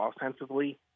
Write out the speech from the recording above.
offensively